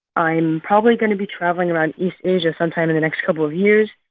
i'm probably going to be traveling around east asia sometime in the next couple of years,